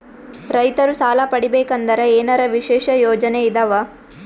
ರೈತರು ಸಾಲ ಪಡಿಬೇಕಂದರ ಏನರ ವಿಶೇಷ ಯೋಜನೆ ಇದಾವ?